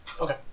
Okay